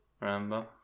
remember